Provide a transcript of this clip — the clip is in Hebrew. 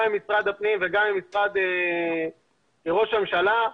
גם ממשרד הפנים וגם ממשרד ראש הממשלה,